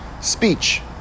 speech